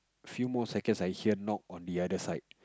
few more seconds I hear knock on the other side